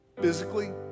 physically